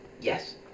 yes